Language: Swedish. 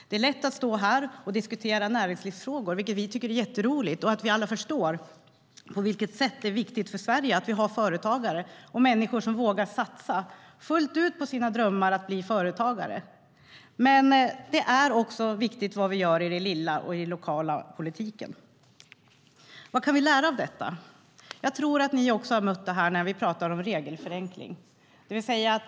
Det är lätt att stå här och diskutera näringslivsfrågor, vilket vi tycker är roligt, och att vi alla förstår att företagare och människor som vågar satsa fullt ut på sina drömmar om att bli företagare är viktiga för Sverige. Men vad vi gör i den lokala politiken är också viktigt. Vad kan vi lära av detta? Jag tror att ni också har mött detta när vi talar om regelförenkling.